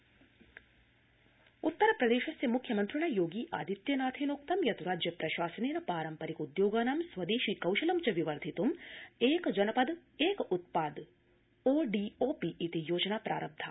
उत्तरप्रदेश उत्तरप्रदेशस्य मुख्यमन्त्रिणा योगी आदित्यनाथेनोक्तं यत् राज्य प्रशासनेन पारम्परिक उद्योगानां स्वदेशी कौशलं च विवर्धित् एक जनपद एक उत्पाद ओडीओपी इति योजना प्रारब्धा